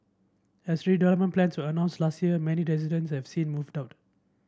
as redevelopment plans were announced last year many residents have since moved out